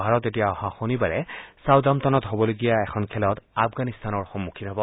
ভাৰত এতিয়া অহা শনিবাৰে ছাউদাম্পটনত হ'বলগীয়া এখন খেলত আফগানিস্তানৰ সমুখীন হ'ব